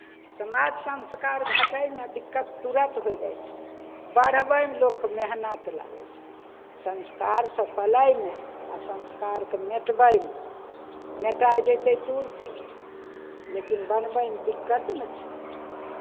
समाज संस्कार घटयमे दिक्कत तुरन्त होय जाइ छै बढ़बयमे लोकके मेहनत लागै छै संस्कार सभ पलायमे आ संस्कारकेँ मिटबैमे मिटाए जेतै तुरन्ते लेकिन बनबैमे दिक्कत ने छै